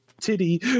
titty